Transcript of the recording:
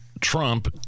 Trump